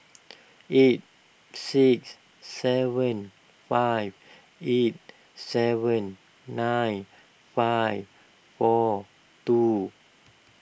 eight six seven five eight seven nine five four two